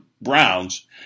Browns